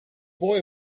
boy